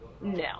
no